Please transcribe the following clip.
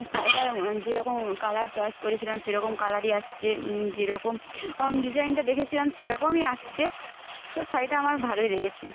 শাড়িটার যেরকম colour choice করেছিলাম সেরকম কালারই আসছে যেরকম ওম ডিজাইনটা দেখেছিলাম সেরকমই আসছে তো শাড়িটা আমার ভালোই লেগেছে